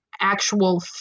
actual